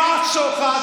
מה השוחד?